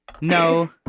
No